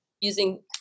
using